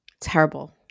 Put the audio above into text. Terrible